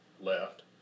left